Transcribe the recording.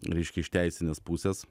reiškia iš teisinės pusės